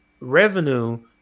revenue